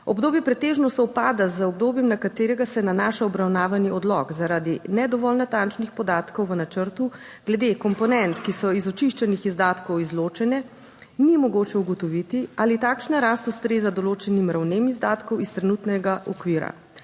Obdobje pretežno sovpada z obdobjem, na katerega se nanaša obravnavani odlok. Zaradi ne dovolj natančnih podatkov v načrtu glede komponent, ki so iz očiščenih izdatkov izločene, ni mogoče ugotoviti, ali takšna rast ustreza določenim ravnem izdatkov iz trenutnega okvira.